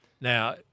Now